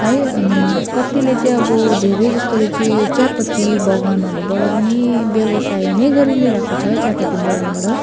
है अनि कतिले चाहिँ अब धेरै जस्तोले चाहिँ यो चियापत्ती बगानहरूबाट पनि व्यवसाय नै गरी नै रहेको छ चियापत्ती बगानबाट